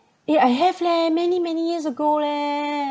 eh I have leh many many years ago leh